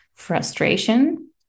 frustration